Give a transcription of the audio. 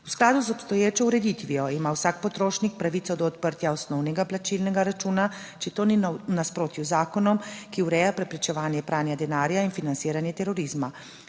V skladu z obstoječo ureditvijo ima vsak potrošnik pravico do odprtja osnovnega plačilnega računa, če to ni v nasprotju z zakonom, ki ureja preprečevanje pranja denarja in financiranje terorizma.